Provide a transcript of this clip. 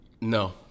No